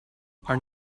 are